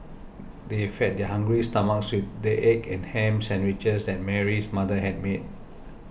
they fed their hungry stomachs with the egg and ham sandwiches that Mary's mother had made